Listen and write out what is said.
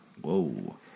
whoa